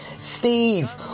Steve